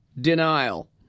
denial